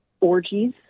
orgies